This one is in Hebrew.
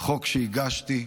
החוק שהגשתי,